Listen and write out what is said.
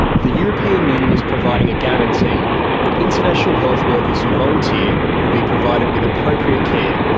the european union is providing a guarantee that international health workers who volunteer will be provided with appropriate care,